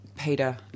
Peter